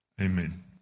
Amen